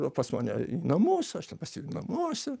pas mane į namus aš ten pas jį namuose